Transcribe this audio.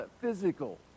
physical